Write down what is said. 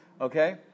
okay